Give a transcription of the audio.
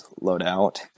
loadout